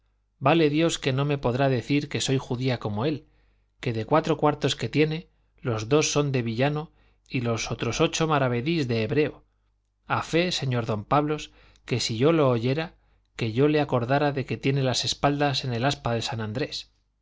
vale dios que no me podrá decir que soy judía como él que de cuatro cuartos que tiene los dos son de villano y los otros ocho maravedís de hebreo a fe señor don pablos que si yo lo oyera que yo le acordara de que tiene las espaldas en el aspa de san andrés